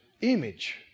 image